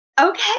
Okay